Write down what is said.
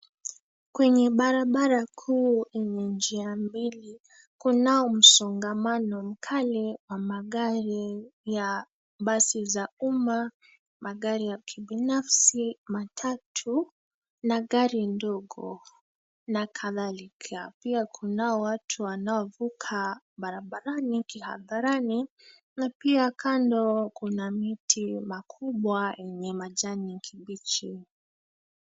Kwenye barabara kuu yenye njia mbili kunao msongamano mkali wa magari ya basi za umma, magari ya kibinafsi, matatu na gari ndogo na kadhalika. Pia kunao watu wanaovuka barabarani kihadharani na pia kando kuna miti makubwa yenye majani kibichi.